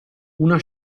una